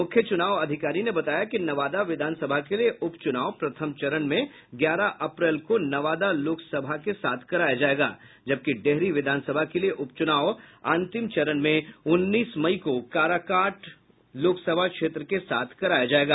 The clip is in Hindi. मुख्य चुनाव अधिकारी ने बताया कि नवादा विधानसभा के लिए उपचुनाव प्रथम चरण में ग्यारह अप्रैल को नवादा लोकसभा के साथ कराया जायेगा जबकि डेहरी विधानसभा के लिए उपचूनाव अंतिम चरण में उन्नीस मई को काराकाट लोकसभा क्षेत्र के साथ कराया जायेगा